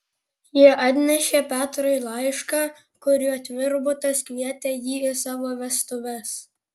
jie atnešė petrui laišką kuriuo tvirbutas kvietė jį į savo vestuves